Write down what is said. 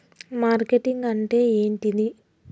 Marketing అంటే ఏంటిది?